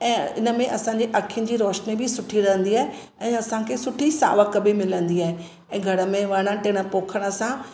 ऐं इनमें असांजे अखियुनि जी रोशनी बि सुठी रहंदी आहे ऐं असांखे सुठी सावक बि मिलंदी आहे ऐं घर में वण टिण पोखण सां